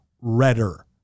redder